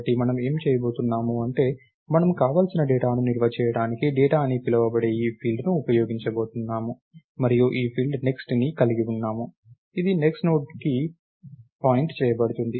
కాబట్టి మనం ఏమి చేయబోతున్నాం అంటే మనకు కావలసిన డేటాను నిల్వ చేయడానికి డేటా అని పిలువబడే ఈ ఫీల్డ్ను ఉపయోగించబోతున్నాము మరియు ఈ ఫీల్డ్ next ని కలిగి ఉన్నాము ఇది next నోడ్ కి పాయింట్ చేయబడుతుంది